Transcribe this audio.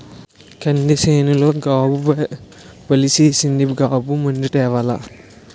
కంది సేనులో గాబు బలిసీసింది గాబు మందు తేవాల